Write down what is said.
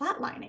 flatlining